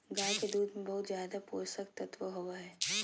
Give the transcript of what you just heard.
गाय के दूध में बहुत ज़्यादे पोषक तत्व होबई हई